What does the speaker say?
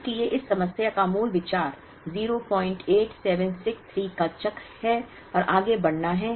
इसलिए इस समस्या का मूल विचार 08763 का चक्र है और आगे बढ़ना है